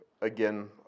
again